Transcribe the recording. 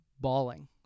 bawling